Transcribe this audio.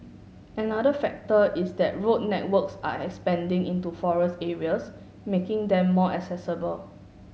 another factor is that road networks are expanding into forest areas making them more accessible